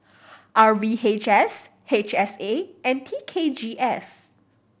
R V H S H S A and T K G S